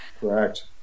Correct